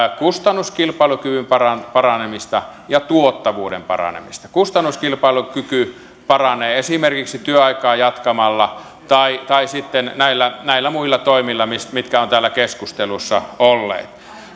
kustannuskilpailukyvyn paranemista paranemista ja tuottavuuden paranemista kustannuskilpailukyky paranee esimerkiksi työaikaa jatkamalla tai sitten näillä näillä muilla toimilla mitkä ovat täällä keskustelussa olleet